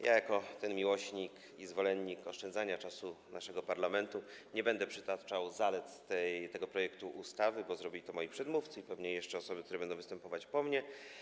Jako miłośnik i zwolennik oszczędzania czasu naszego parlamentu nie będę przytaczał zalet tego projektu ustawy, bo zrobili to moi przedmówcy i pewnie jeszcze zrobią to osoby, które będą występowały po mnie.